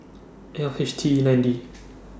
L H T E nine D